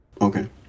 okay